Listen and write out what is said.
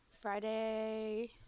Friday –